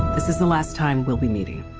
this is the last time we'll be meeting.